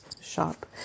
shop